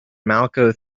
malco